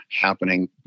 happening